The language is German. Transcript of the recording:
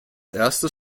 erstes